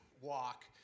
walk